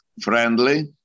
friendly